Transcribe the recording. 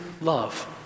love